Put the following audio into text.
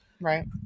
Right